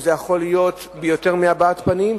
וזה יכול להיות ביותר מהבעת פנים,